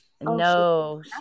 No